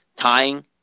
tying